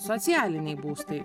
socialiniai būstai